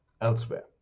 elsewhere